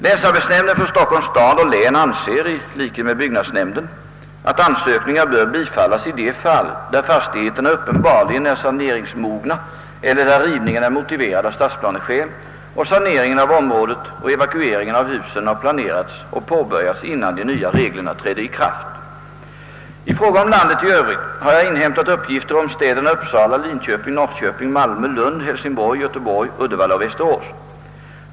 Länsarbetsnämnden för Stockholms stad och län anser, i likhet med byggarbetsnämnden, att ansökningar bör bifallas i de fall där fastigheterna uppenbarligen är saneringsmogna eller där rivningen är motiverad av stadsplaneskäl och saneringen av området och evakueringen av husen har planerats och påbörjats innan de nya reglerna trädde i kraft. I fråga om landet i övrigt har jag inhämtat uppgifter om städerna Uppsala, Linköping, Norrköping, Malmö, Lund, Hälsingborg, Göteborg, Uddevalla och Västerås.